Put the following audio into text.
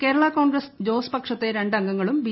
കേരള കോൺഗ്രസ് ജോസ് പക്ഷത്തെ രണ്ട് അംഗങ്ങളും ബി